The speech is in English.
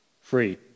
free